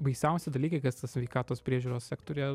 baisiausi dalykai kas tas sveikatos priežiūros sektoriuje